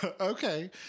okay